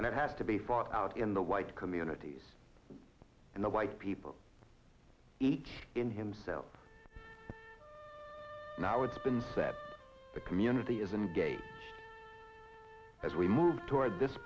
and it has to be fought out in the white communities and the white people each in himself now it's been said the community is engaged as we move toward this